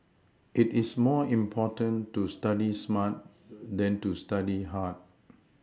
it is more important to study smart than to study hard